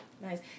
Nice